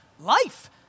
Life